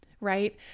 Right